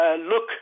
look